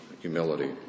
humility